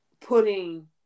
putting